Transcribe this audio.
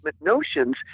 notions